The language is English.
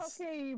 Okay